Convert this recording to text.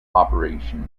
operation